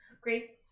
Grace